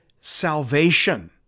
salvation